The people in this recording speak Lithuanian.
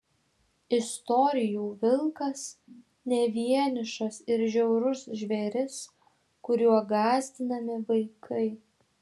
istorijų vilkas ne vienišas ir žiaurus žvėris kuriuo gąsdinami vaikai